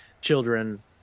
children